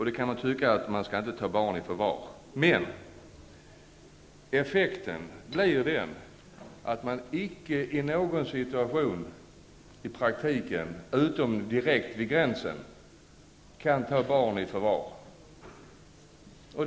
Det kan tyckas att man inte skall ta barn i förvar, men effekten av lagförslaget blir att man i praktiken inte i någon situation kan ta barn i förvar, utom direkt vid gränsen.